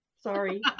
Sorry